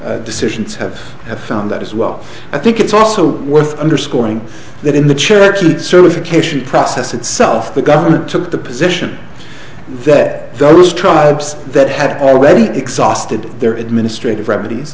federal decisions have have found that as well i think it's also worth underscoring that in the church and certification process itself the government took the position that those tribes that had already exhausted their administrative remedies